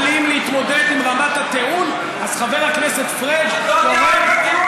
דבר על החוק, דבר על החוק.